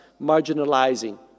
marginalizing